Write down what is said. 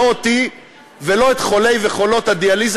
לא אותי ולא את חולי וחולות הדיאליזה